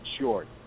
short